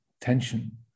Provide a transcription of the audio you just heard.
tension